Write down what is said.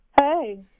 Hey